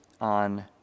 on